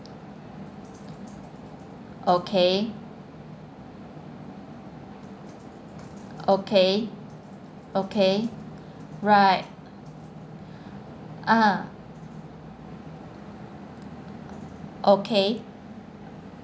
okay okay okay right ah okay